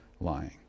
lying